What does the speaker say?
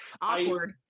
awkward